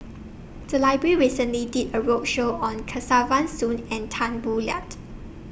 The Library recently did A roadshow on Kesavan Soon and Tan Boo Liat